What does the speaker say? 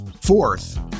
fourth